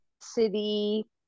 city